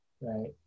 right